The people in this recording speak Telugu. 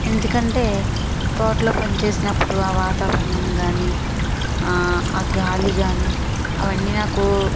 ఎందుకంటే తోటలో పని చేసినప్పుడు ఆ వాతావరణం కానీ ఆ గాలి కానీ అవన్నీ నాకు